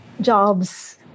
jobs